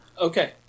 Okay